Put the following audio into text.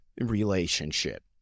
relationship